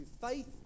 faith